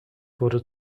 wurde